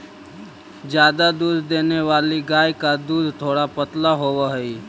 ज्यादा दूध देने वाली गाय का दूध थोड़ा पतला होवअ हई